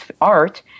art